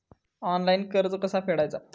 Online कर्ज कसा फेडायचा?